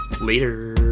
Later